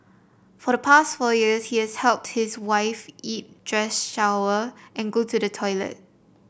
for the past four years he has helped his wife eat dress shower and go to the toilet